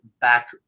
back